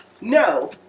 no